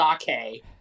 sake